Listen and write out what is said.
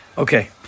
Okay